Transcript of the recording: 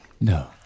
No